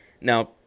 Now